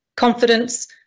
confidence